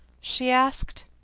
she asked.